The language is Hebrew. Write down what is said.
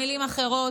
ובמילים אחרות,